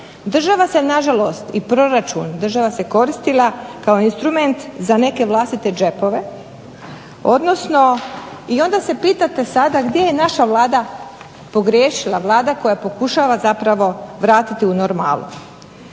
Država se nažalost, i proračun, država se koristila kao instrument za neke vlastite džepove i onda se pitate sada gdje je naša Vlada pogriješila? Vlada koja pokušava zapravo vratiti u normalu.